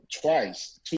twice